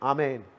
Amen।